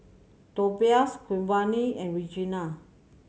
Tobias Giovanny and Reginal